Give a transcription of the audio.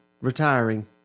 retiring